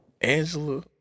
Angela